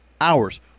hours